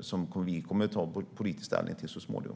som vi kommer att ta politisk ställning till så småningom.